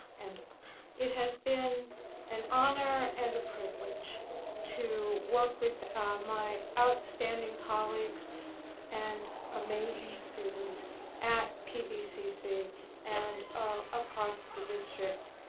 and it has been an honor and a privilege to work with my outstanding colleagues and amazing students at pvcc and across the district.